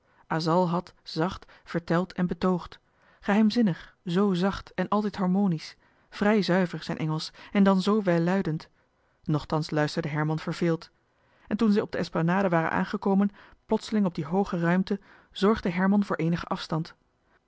asal had zacht verteld en betoogd geheimzinnig zoo zacht en altijd harmonisch vrij zuiver zijn engelsch en dan zoo welluidend nochtans luisterde herman verveeld en toen zij op de esplanade waren aangekomen plotseling op die hooge ruimheid zorgde herman voor eenigen afstand